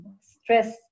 stress